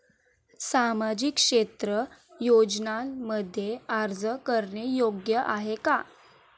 सामाजिक क्षेत्र योजनांमध्ये अर्ज करणे योग्य आहे का?